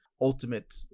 ultimate